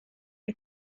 are